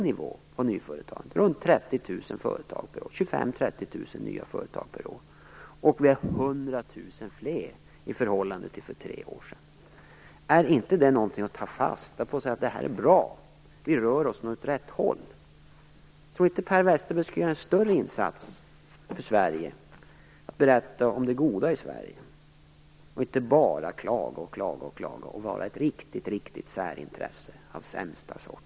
Nivån på nyföretagandet är mycket hög - 25 000-30 000 nya företag per år, och 100 000 fler i förhållande till för tre år sedan. Är inte detta något att ta fasta på? Kan man inte säga att detta är bra, och att vi rör oss åt rätt håll? Tror inte Per Westerberg att han skulle göra en större insats för Sverige genom att berätta om det goda som finns här och inte bara klaga och klaga och vara ett riktigt särintresse av sämsta sort?